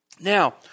Now